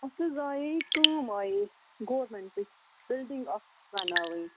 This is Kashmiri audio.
اَسہِ حظ آیے کٲم آیے گورمٮ۪نٛٹٕچ بِلڈِنٛگ اَکھ بَناوٕنۍ